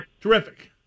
Terrific